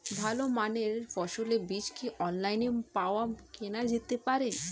ভালো মানের ফসলের বীজ কি অনলাইনে পাওয়া কেনা যেতে পারে?